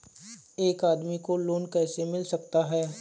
एक आदमी को लोन कैसे मिल सकता है?